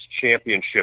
championship